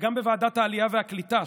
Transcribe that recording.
וגם בוועדת העלייה והקליטה,